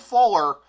Fuller